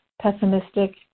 pessimistic